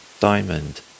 diamond